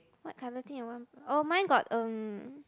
what colour think I want oh mine got um